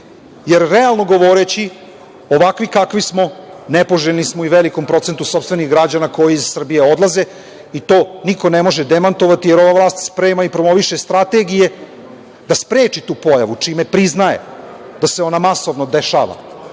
realno govoreći, ovakvi kakvi smo, nepoželjni smo i velikom procentu sopstvenih građana koji iz Srbije odlaze i to niko ne može demantovati. Ova vlast sprema i promoviše strategije da spreči tu pojavu, čime priznaje da se ona masovno dešava. Ako